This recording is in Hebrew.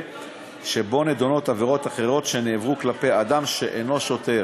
שבו נדונות עבירות אחרות שנעברו כלפי אדם שאינו שוטר.